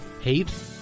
hate